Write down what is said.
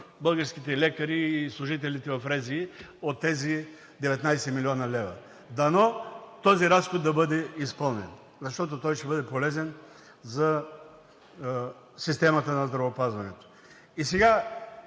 българските лекари и служителите в РЗИ се възползват от тези 19 млн. лв. Дано този разход да бъде изпълнен, защото той ще бъде полезен за системата на здравеопазването. И сега,